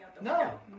no